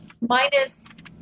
minus